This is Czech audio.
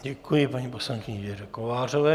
Děkuji paní poslankyni Věře Kovářové.